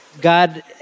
God